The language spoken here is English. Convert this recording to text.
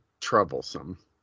troublesome